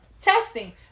testing